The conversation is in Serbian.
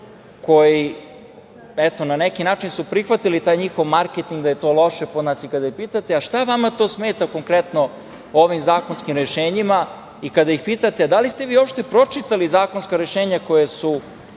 koji su, eto, na neki način prihvatili taj njihov marketing da je to loše po nas, i kada ih pitate – šta vama to smeta konkretno u ovim zakonskim rešenjima i kada ih pitate – da li ste vi uopšte pročitali zakonska rešenja koja tu,